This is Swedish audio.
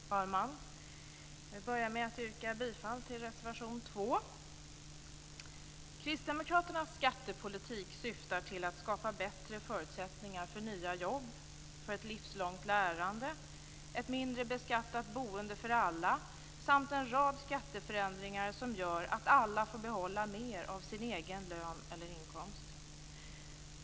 Fru talman! Jag börjar med att yrka bifall till reservation 2. Kristdemokraternas skattepolitik syftar till att skapa bättre förutsättningar för nya jobb och ett livslångt lärande, till ett mindre beskattat boende för alla samt till en rad skatteförändringar som gör att alla får behålla mer av sin egen lön eller inkomst.